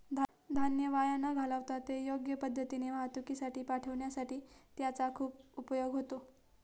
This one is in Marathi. धान्य वाया न घालवता ते योग्य पद्धतीने वाहतुकीसाठी पाठविण्यासाठी त्याचा खूप उपयोग होतो